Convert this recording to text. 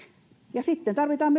sitten tarvitaan